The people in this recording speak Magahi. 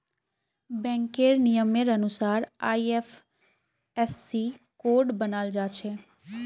बैंकेर नियमेर अनुसार आई.एफ.एस.सी कोड बनाल जाछे